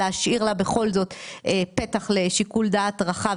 להשאיר לה בכל זאת פתח לשיקול דעת רחב